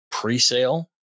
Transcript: pre-sale